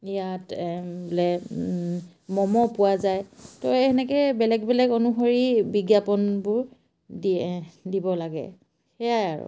ইয়াত বোলে ম'ম' পোৱা যায় তো এনেকৈ বেলেগ বেলেগ অনুসৰি বিজ্ঞাপনবোৰ দিয়ে দিব লাগে সেয়াই আৰু